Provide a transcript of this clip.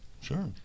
Sure